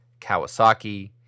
Kawasaki